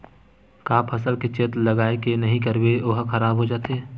का फसल के चेत लगय के नहीं करबे ओहा खराब हो जाथे?